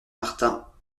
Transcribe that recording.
martin